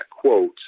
quote